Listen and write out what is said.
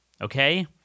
okay